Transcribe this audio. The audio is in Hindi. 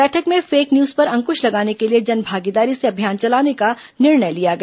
बैठक में फेक न्यूज पर अंकुश लगाने के लिए जनभागीदारी से अभियान चलाने का निर्णय लिया गया